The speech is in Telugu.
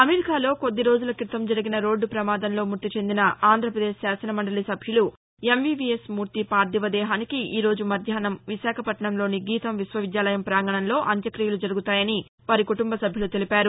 అమెరికాలో కొద్దిరోజుల క్రితం జరిగిన రోడ్టు ప్రమాదంలో మృతి చెందిన ఆంధ్రపదేశ్ శాసనమండలి సభ్యులు ఎంవివిఎస్ మూర్తి పార్దివ దేహానికి ఈరోజు మధ్యాహ్నం విశాఖపట్నంలోని గీతం విశ్వవిద్యాలయం పాంగణంలో అంత్యక్రియలు జరుగుతాయని వారి కుటుంబసభ్యులు తెలిపారు